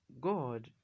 god